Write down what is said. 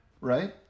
Right